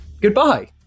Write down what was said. Goodbye